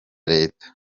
leta